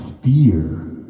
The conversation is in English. fear